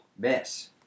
Miss